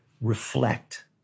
Reflect